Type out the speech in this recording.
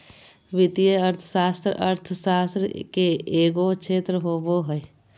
वित्तीय अर्थशास्त्र अर्थशास्त्र के एगो क्षेत्र होबो हइ